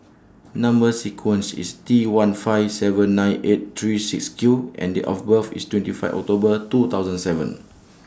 Number sequence IS T one five seven nine eight three six Q and Date of birth IS twenty five October two thousand seven